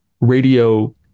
radio